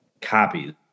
copies